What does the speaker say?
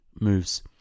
moves